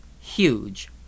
huge